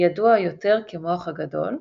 ידוע יותר כמוח הגדול,